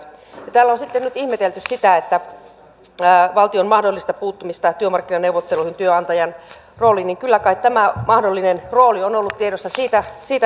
kun täällä on sitten nyt ihmetelty valtion mahdollista puuttumista työmarkkinaneuvotteluihin työnantajan rooliin niin kyllä kai tämä mahdollinen rooli on ollut tiedossa siitä siitä